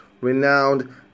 renowned